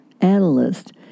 analyst